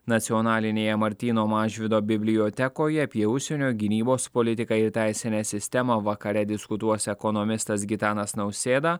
nacionalinėje martyno mažvydo bibliotekoje apie užsienio gynybos politiką ir teisinę sistemą vakare diskutuos ekonomistas gitanas nausėda